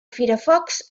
firefox